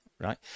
right